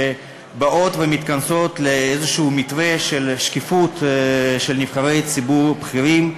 שבאות ומתכנסות לאיזשהו מתווה של שקיפות של נבחרי ציבור בכירים.